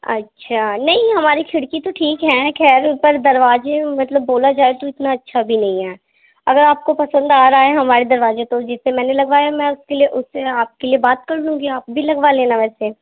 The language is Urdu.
اچھا نہیں ہماری کھڑکی تو ٹھیک ہیں خیر اوپر دروازے مطلب بولا جائے تو اتنا اچھا بھی نہیں ہے اگر آپ کو پسند آ رہا ہے ہمارے دروازے تو جس سے میں نے لگوایا ہے میں اُس کے لیے اُس سے آپ کے لیے بات کر لوں گی آپ بھی لگوا لینا ویسے